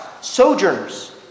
sojourners